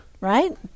Right